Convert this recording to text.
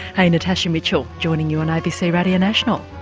hey, natasha mitchell joining you on abc radio national.